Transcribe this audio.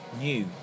new